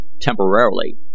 temporarily